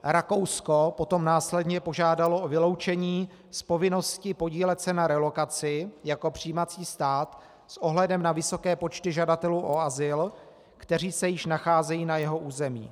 Rakousko potom následně požádalo o vyloučení z povinnosti podílet se na relokaci jako přijímací stát s ohledem na vysoké počty žadatelů o azyl, kteří se již nacházejí na jeho území.